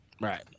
right